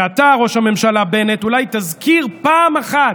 ואתה, ראש הממשלה בנט, אולי תזכיר פעם אחת,